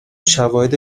شواهد